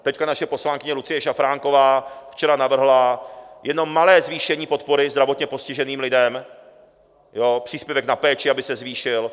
Teď naše poslankyně Lucie Šafránková včera navrhla jenom malé zvýšení podpory zdravotně postiženým lidem příspěvek na péči, aby se zvýšil.